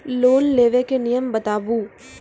Loan लेबे के नियम बताबू?